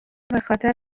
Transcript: بخاطر